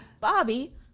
Bobby